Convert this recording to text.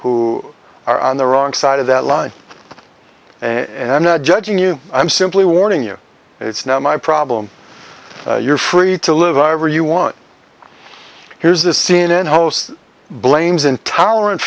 who are on the wrong side of that line and i'm not judging you i'm simply warning you it's not my problem you're free to live i ever you want here's the c n n host blames intolerant